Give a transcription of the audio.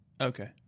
Okay